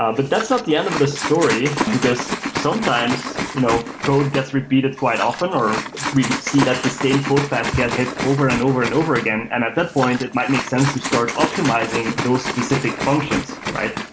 ah but that's not the end of of the story, because sometimes you know code gets repeated quite often or we see that the same code paths get hit over and over and over again, and that that point it might make sense to start optimizing those specific functions, right?